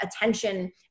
attention